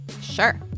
sure